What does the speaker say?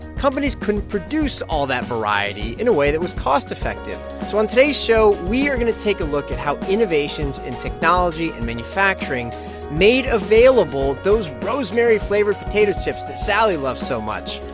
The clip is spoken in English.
companies couldn't produce all that variety in a way that was cost effective. so on today's show, we are going to take a look at how innovations in technology and manufacturing made available those rosemary-flavored potato chips that sally loves so much,